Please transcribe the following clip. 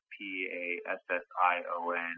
P-A-S-S-I-O-N